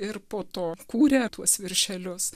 ir po to kūrė tuos viršelius